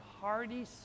hearty